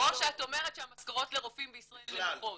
או שאת אומרת שהמשכורות לרופאים בישראל נמוכות?